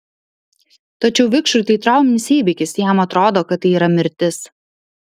tačiau vikšrui tai trauminis įvykis jam atrodo kad tai yra mirtis